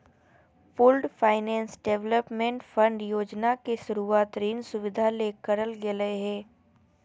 pooled finance development fund योजना के शुरूवात ऋण सुविधा ले करल गेलय हें